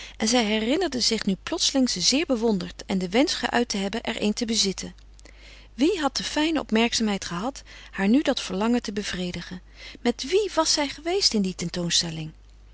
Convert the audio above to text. en zij herinnerde zich nu plotseling ze zeer bewonderd en den wensch geuit te hebben er een te bezitten wie had de fijne opmerkzaamheid gehad haar nu dat verlangen te bevredigen met wie was zij geweest in die tentoonstelling